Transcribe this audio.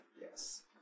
Yes